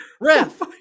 Ref